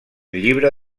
llibre